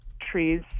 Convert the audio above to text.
trees